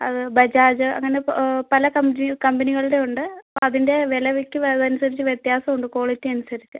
അത് ബജാജ് അങ്ങനെ പല കമ്പനി കമ്പനികളുടെ ഉണ്ട് അതിന്റെ വില വയ്ക്ക് അതനുസരിച്ച് വ്യത്യാസം ഉണ്ട് ക്വാളിറ്റി അനുസരിച്ച്